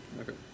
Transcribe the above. Okay